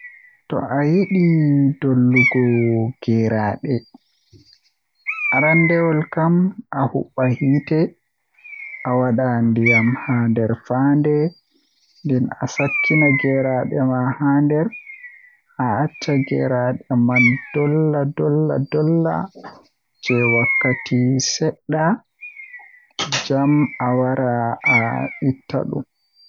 To ayidi dollugo geerade, arandewol kam ahubba hiite awada ndiyam haa nder fande nden asakkina gerede ma haa nder a acca geraade man dolla dolla dolla jei wakkati sedda jam awara a itta dum